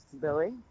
Billy